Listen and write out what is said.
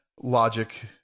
logic